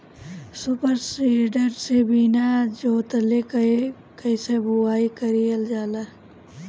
Super seeder से बीना जोतले कईसे बुआई कयिल जाला?